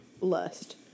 lust